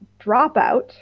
Dropout